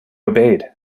obeyed